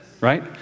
right